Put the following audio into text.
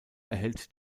erhält